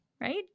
right